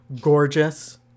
Gorgeous